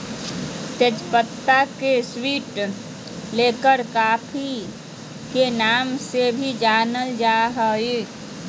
तेज पत्ता के स्वीट लॉरेल लीफ के नाम से भी जानल जा हइ